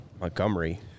Montgomery